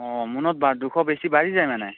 অ মোনত বা দুশ বেছি বাঢ়ি যায় মানে